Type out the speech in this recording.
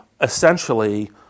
essentially